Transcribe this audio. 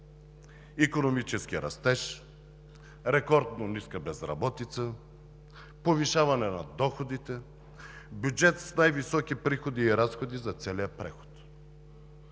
икономически растеж, рекордно ниска безработица, повишаване на доходите, бюджет с най-високи приходи и разходи за целия преход.